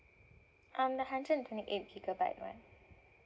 um the hundred and twenty eight gigabyte one